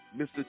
Mr